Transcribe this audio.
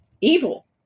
evil